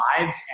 lives